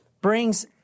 brings